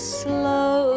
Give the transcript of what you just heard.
slow